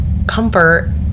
comfort